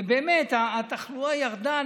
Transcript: ובאמת התחלואה ירדה.